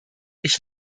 ich